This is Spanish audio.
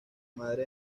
madre